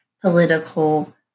political